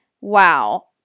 wow